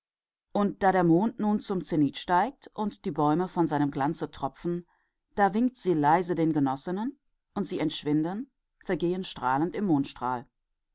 und da der mond nun zum zenith steigt und die bäume von seinem glanze tropfen winkt sie leise den genossinnen und sie entschwinden vergehen strahlend im